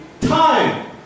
time